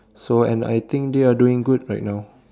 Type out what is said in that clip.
so and I I think they are doing good right now